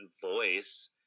voice